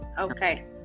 Okay